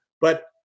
But-